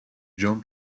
jean